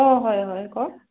অ হয় হয় কওক